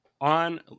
on